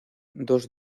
dos